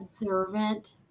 observant